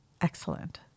Excellent